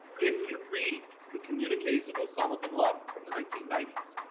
if you read the communiques of osama bin laden from the nineteen ninety s,